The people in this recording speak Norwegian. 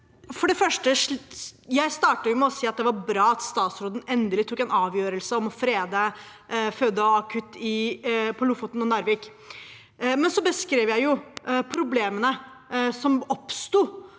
For det første: Jeg startet med å si at det var bra at statsråden endelig tok en avgjørelse om å frede føde- og akuttilbudet i Lofoten og Narvik. Så beskrev jeg problemene som oppsto